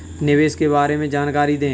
निवेश के बारे में जानकारी दें?